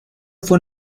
fue